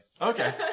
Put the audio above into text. Okay